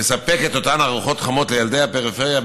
מספק את אותן ארוחות חמות לילדי הפריפריה,